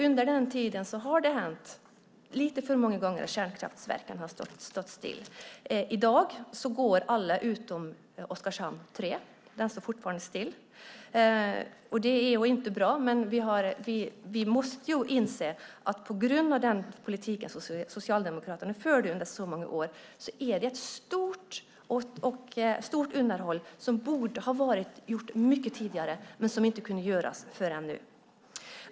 Under den tiden har kärnkraftsverken stått still lite för många gånger. I dag går alla utom Oskarshamn 3 som fortfarande står still. Det är inte bra. Men vi måste ju inse att på grund av den politik som Socialdemokraterna förde under så många år är det ett stort underhåll som borde ha varit gjort tidigare men som inte kunde göras förrän nu.